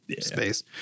space